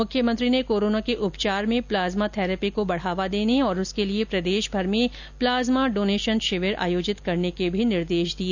मुख्यमंत्री ने कोरोना के उपचार में प्लाज्मा थैरेपी को बढ़ावा देने और उसके लिए प्रदेशभर में प्लाज्मा डोनेशन शिविर आयोजित करने के भी निर्देश दिए